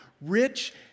Rich